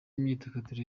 imyidagaduro